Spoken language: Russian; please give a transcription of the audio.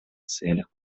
целях